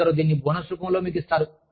కొందరు దీనిని బోనస్ రూపంలో మీకు ఇస్తారు